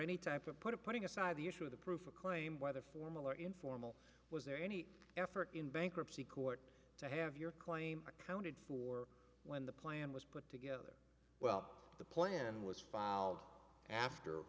any type of putting aside the issue of the proof of claim whether formal or informal was there any effort in bankruptcy court to have your claim accounted for when the plan was put together well the plan was filed after